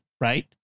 right